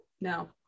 No